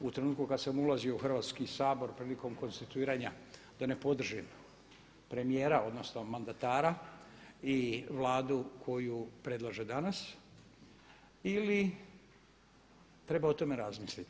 U trenutku kad sam ulazio u Hrvatski sabor prilikom konstituiranja da ne podržim premijera, odnosno mandatara i Vladu koju predlaže danas ili treba o tome razmisliti.